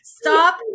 stop